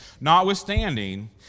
Notwithstanding